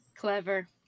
Clever